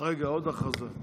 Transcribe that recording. רגע, עוד הודעה.